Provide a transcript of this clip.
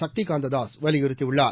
சக்தி காந்ததாஸ் வலியுறுத்தியுள்ளார்